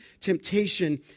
temptation